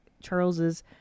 Charles's